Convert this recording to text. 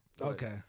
Okay